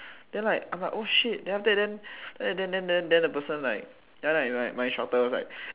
then like I'm like oh shit then after that then then then then then the person like then after that my my instructor was like